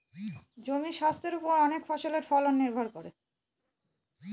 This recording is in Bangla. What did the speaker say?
জমির স্বাস্থের ওপর অনেক ফসলের ফলন নির্ভর করে